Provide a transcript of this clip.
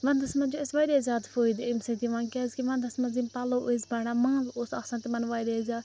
وَنٛدَس منٛز چھُ اسہِ واریاہ زیادٕ فٲیدٕ اَمہِ سۭتۍ یِوان کیٛازِکہِ وَنٛدَس مَنٛز یِم پَلوٚو ٲسۍ بَڑھان مال اوس آسان تِمَن واریاہ زیادٕ